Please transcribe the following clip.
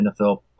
NFL